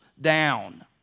down